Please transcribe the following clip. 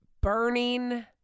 burning